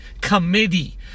Committee